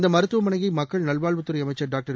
இந்தமருத்துவமனையைமக்கள் நல்வாழ்வுத்துறைஅமைச்சர் டாக்டர்